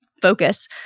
focus